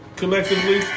collectively